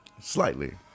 Slightly